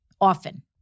often